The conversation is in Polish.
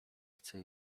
chcę